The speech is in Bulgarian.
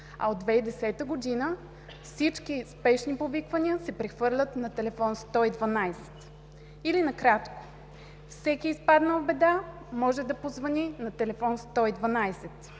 а от 2010 г. всички спешни повиквания се прехвърлят на телефон 112. Или накратко: всеки изпаднал в беда може да позвъни на телефон 112.